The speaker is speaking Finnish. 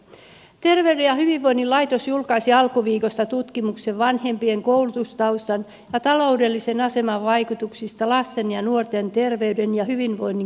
terveyden ja hyvinvoinnin laitos julkaisi alkuviikosta tutkimuksen vanhempien koulutustaustan ja taloudellisen aseman vaikutuksista lasten ja nuorten terveyden ja hyvinvoinnin kehitykseen